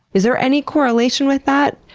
is there any correlation with that,